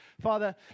Father